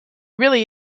really